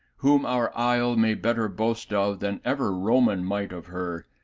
whom our isle may better boast of than ever roman might of her,